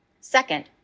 Second